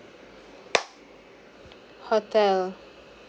hotel